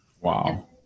Wow